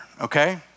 Okay